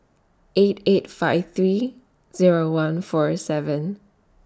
eight eight five three Zero one four seven